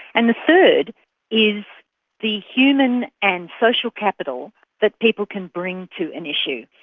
and the third is the human and social capital that people can bring to an issue.